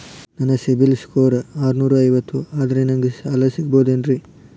ನನ್ನ ಸಿಬಿಲ್ ಸ್ಕೋರ್ ಆರನೂರ ಐವತ್ತು ಅದರೇ ನನಗೆ ಸಾಲ ಸಿಗಬಹುದೇನ್ರಿ?